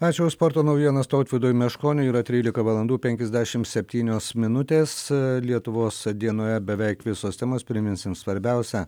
ačiū už sporto naujienas tautvydui meškoniui yra trylika valandų penkiasdešimt septynios minutės lietuvos dienoje beveik visos temos priminsim svarbiausią